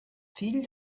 fill